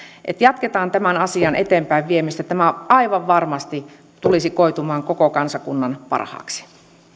jatketaan tämän asian eteenpäinviemistä tämä aivan varmasti tulisi koitumaan koko kansakunnan parhaaksi